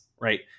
right